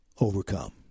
overcome